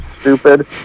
stupid